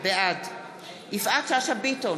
בעד יפעת שאשא ביטון,